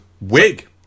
Wig